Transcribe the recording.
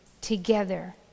together